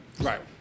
Right